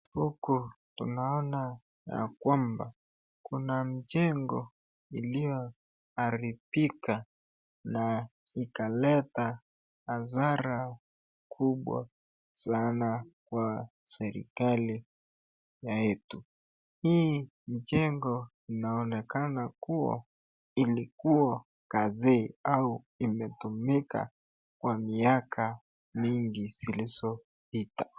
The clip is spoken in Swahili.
Huku tuanona ya kwamba kuna mjengo iliyo haribika ikaleta hasara kubwa kwa srikali yetu. Hii mjengo inaonekana kuwa ilikuwa kazee au imetumika kwa miaka mingi zilizopita.